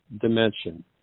dimension